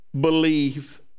believe